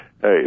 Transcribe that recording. Hey